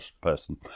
person